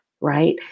Right